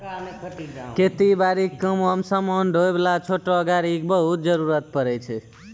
खेती बारी के कामों मॅ समान ढोय वाला छोटो गाड़ी के बहुत जरूरत पड़ै छै